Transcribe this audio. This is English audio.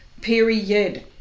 Period